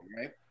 right